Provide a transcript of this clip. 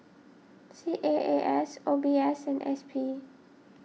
C A A S O B S and S P